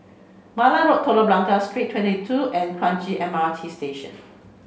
Malan Road Telok Blangah Street thirty two and Kranji M R T Station